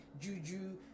juju